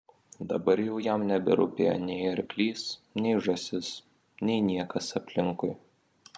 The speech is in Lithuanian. dabar jau jam neberūpėjo nei arklys nei žąsis nei niekas aplinkui